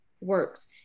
works